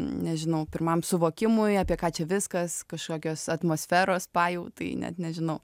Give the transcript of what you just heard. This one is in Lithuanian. nežinau pirmam suvokimui apie ką čia viskas kažkokios atmosferos pajautai net nežinau